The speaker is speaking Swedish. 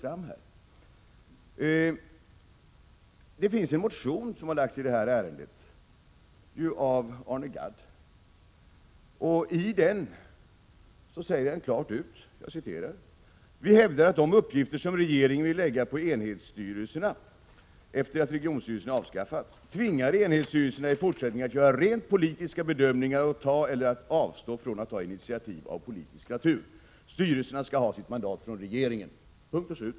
Arne Gadd har väckt en motion i det här ärendet. I den säger han klart ut: ”Vi hävdar att de uppgifter som regeringen vill lägga på enhetsstyrelserna efter det att regionstyrelserna avskaffats tvingar enhetsstyrelserna i fortsättningen att göra rent politiska bedömningar och att ta eller att avstå från att ta initiativ av politisk natur. Styrelserna skall ha sitt mandat från regeringen.” Punkt och slut.